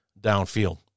downfield